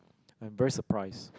I'm very surprise